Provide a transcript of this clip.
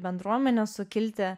bendruomenę sukilti